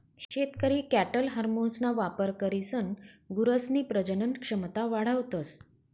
शेतकरी कॅटल हार्मोन्सना वापर करीसन गुरसनी प्रजनन क्षमता वाढावतस